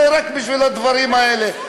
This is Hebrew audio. זה רק בשביל הדברים האלה.